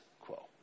quo